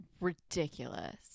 ridiculous